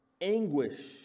anguish